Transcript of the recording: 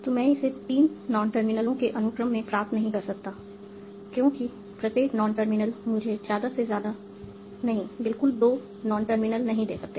मैं इसे तीन नॉन टर्मिनलों के अनुक्रम में प्राप्त नहीं कर सकता क्योंकि प्रत्येक नॉन टर्मिनल मुझे ज्यादा से ज्यादा नहीं बिल्कुल दो नॉन टर्मिनल ही दे सकते हैं